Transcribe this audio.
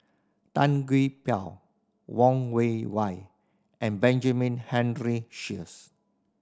Tan Gee Paw Wang Wei Wei and Benjamin Henry Sheares